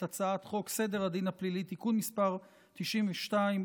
הצעת חוק סדר הדין הפלילי (תיקון מס' 92,